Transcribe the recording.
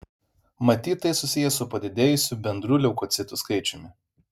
matyt tai susiję su padidėjusiu bendru leukocitų skaičiumi